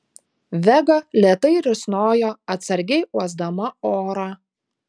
vega lėtai risnojo atsargiai uosdama orą